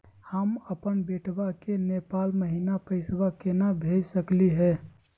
हम अपन बेटवा के नेपाल महिना पैसवा केना भेज सकली हे?